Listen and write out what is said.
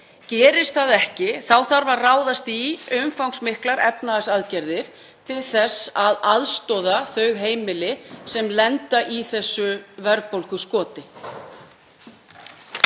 Gerist það ekki þá þarf að ráðast í umfangsmiklar efnahagsaðgerðir til þess að aðstoða þau heimili sem lenda í þessu verðbólguskoti.